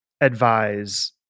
advise